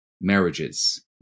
marriages